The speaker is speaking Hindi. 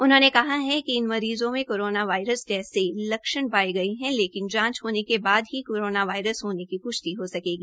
उन्होंने कहा कि इन मरीज़ो मे करोना वायरस जैसे लक्ष्ण पाये गये है लेकिन जांच होने के बाद ही करोना वायरस होने की पृष्टि हो सकेगी